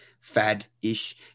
fad-ish